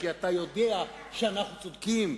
כי אתה יודע שאנחנו צודקים,